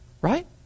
Right